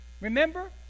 Remember